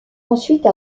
ensuite